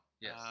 Yes